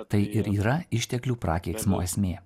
tai ir yra išteklių prakeiksmo esmė